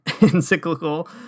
encyclical